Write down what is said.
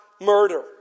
murder